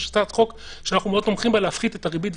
יש הצעת חוק שאנחנו מאוד תומכים בה להפחית את הריבית,